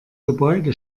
gebäude